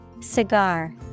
cigar